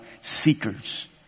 seekers